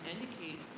indicate